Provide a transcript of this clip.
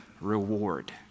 reward